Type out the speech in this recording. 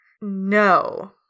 No